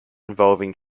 involving